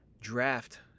draft